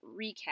recap